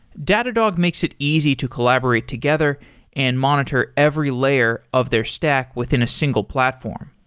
datadog makes it easy to collaborate together and monitor every layer of their stack within a single platform.